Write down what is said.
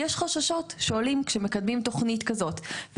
כי יש חששות שעולים כשמקדמים תוכנית כזאת.